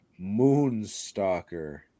Moonstalker